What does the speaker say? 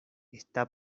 está